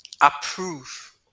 approve